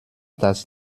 das